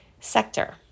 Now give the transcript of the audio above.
sector